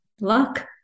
luck